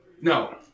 No